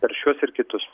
per šiuos ir kitus